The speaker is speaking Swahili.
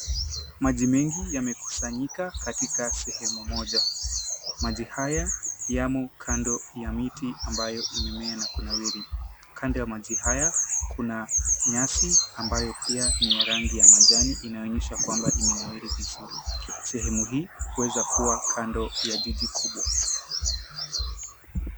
Maji mengi yamekusanyika katika sehemu moja. Maji haya yamo kando ya miti ambayo imemea na kunawiri. Kando ya maji haya kuna nyasi ambayo pia ni ya rangi ya majani inayoonyesha kwamba imenawiri vizuri. Sehemu hii huweza kuwa kando ya jiji kubwa.